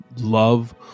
love